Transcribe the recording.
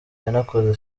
yanakoze